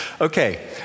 Okay